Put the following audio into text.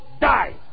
die